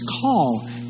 call